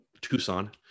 Tucson